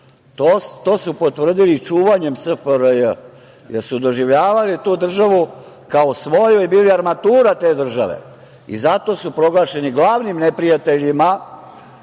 To su potvrdili čuvanjem SFRJ, jer su doživljavali tu državu kao svoju i bili armatura te države. Zato su proglašeni glavnim neprijateljima